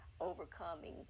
overcoming